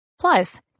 Plus